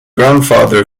grandfather